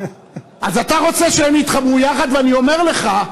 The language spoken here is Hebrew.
אתה רוצה שהם יתחברו יחד, ואני אומר לך,